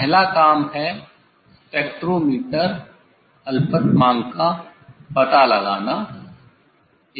पहला काम है स्पेक्ट्रोमीटर अल्पतमांक का पता लगाना ठीक है